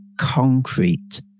concrete